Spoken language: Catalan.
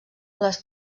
les